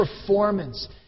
performance